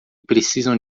precisam